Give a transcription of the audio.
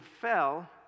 fell